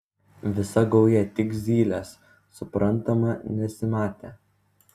visa gauja tik zylės suprantama nesimatė